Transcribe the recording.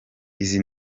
izi